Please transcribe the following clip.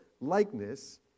likeness